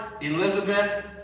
Elizabeth